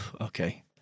okay